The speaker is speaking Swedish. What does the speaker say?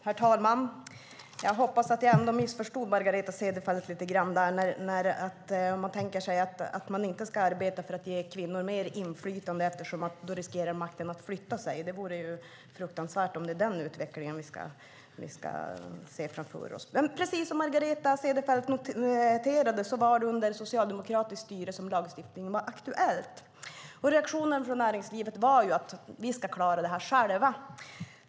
Herr talman! Jag hoppas att jag missförstod Margareta Cederfelt lite grann när det gäller att man inte ska arbeta för att ge kvinnor mer inflytande eftersom makten då riskerar att flyttas. Det vore fruktansvärt om det är den utvecklingen vi ska se framför oss. Precis som Margareta Cederfelt noterade var det under socialdemokratiskt styre som lagstiftningen var aktuell. Reaktionen från näringslivet var ju att de skulle klara det själva.